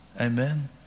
Amen